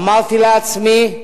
ואמרתי לעצמי: